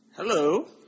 Hello